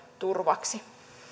turvaksi